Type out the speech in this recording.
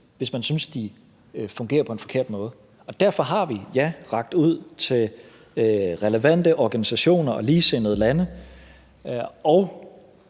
hvis man synes, de fungerer på en forkert måde. Derfor har vi rakt ud til relevante organisationer og ligesindede lande og